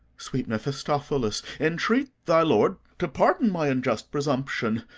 sweet mephistophilis, entreat thy lord to pardon my unjust presumption,